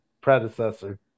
predecessor